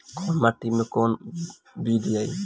कौन माटी मे कौन बीज दियाला?